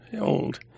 old